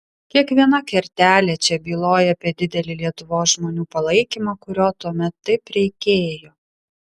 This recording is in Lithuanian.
kiekviena kertelė čia byloja apie didelį lietuvos žmonių palaikymą kurio tuomet taip reikėjo